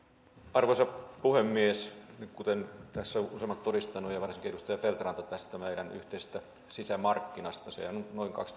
arvoisa puhemies kuten tässä ovat useammat todistaneet varsinkin edustaja feldt ranta tästä meidän yhteisestä sisämarkkinastamme sehän nyt on noin